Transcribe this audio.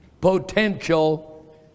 potential